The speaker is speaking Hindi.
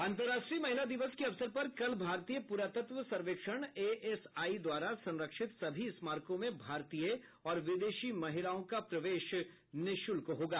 अंतर्राष्ट्रीय महिला दिवस के अवसर पर कल भारतीय पुरातत्व सर्वेक्षण एएसआई द्वारा संरक्षित सभी स्मारकों में भारतीय और विदेशी महिलाओं का प्रवेश निःशुल्क होगा